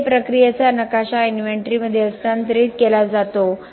तेथे प्रक्रियेचा नकाशा इन्व्हेंटरीमध्ये हस्तांतरित केला जातो